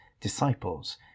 disciples